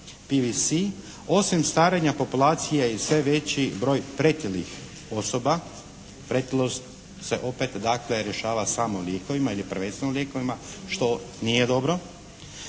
osim starenja populacije i sve veći broj pretilih osoba, pretilost se opet dakle rješava samo lijekovima ili prvenstveno lijekovima što nije dobro,